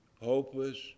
hopeless